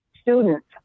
students